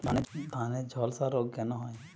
ধানে ঝলসা রোগ কেন হয়?